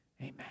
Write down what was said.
Amen